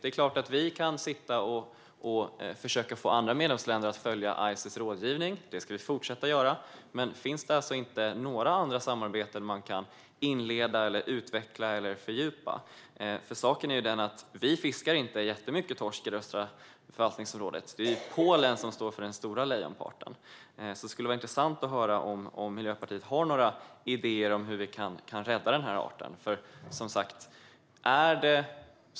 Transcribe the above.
Det är klart att vi kan sitta och försöka få andra medlemsländer att följa Ices rådgivning - det ska vi fortsätta att göra. Men finns det inte några andra samarbeten man kan inleda, utveckla eller fördjupa? Saken är ju den att vi inte fiskar jättemycket torsk i det östra förvaltningsområdet. Det är Polen som står för lejonparten. Det skulle vara intressant att höra om Miljöpartiet har några idéer om hur vi kan rädda denna art.